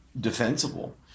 defensible